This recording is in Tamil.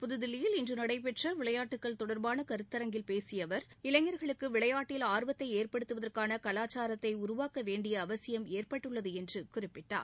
புதுதில்லியில் இன்று நடைபெற்ற விளையாட்டுக்கள் தொடர்பான கருத்தரங்கில் பேசிய அவர் இளைஞர்களுக்கு விளையாட்டில் ஆர்வத்தை ஏற்படுத்துவதற்கான கலாச்சாரத்தை உருவாக்க வேண்டிய அவசியம் ஏற்பட்டுள்ளது என்று குறிப்பிட்டார்